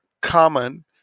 common